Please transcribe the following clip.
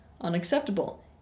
unacceptable